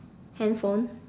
handphone